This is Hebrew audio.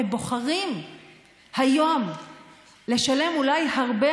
בוחרים היום לשלם אולי הרבה,